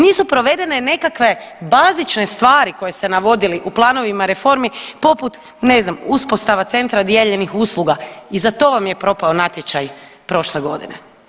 Nisu provedene nekakve bazične stvari koje ste navodili u planovima reformi poput ne znam, uspostava centra dijeljenih usluga i za to vam je propao natječaj prošle godine.